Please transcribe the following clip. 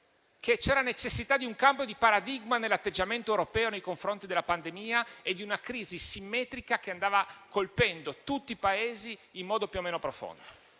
che c'era la necessità di un cambio di paradigma nell'atteggiamento europeo nei confronti della pandemia e di una crisi simmetrica, che andava colpendo tutti i Paesi in modo più o meno profondo.